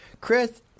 Chris